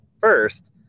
first